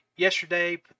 yesterday